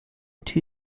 two